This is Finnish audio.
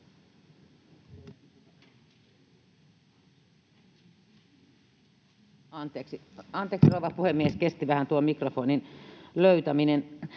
Anteeksi, rouva puhemies. Kesti vähän tuo mikrofonin löytäminen.